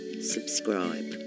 subscribe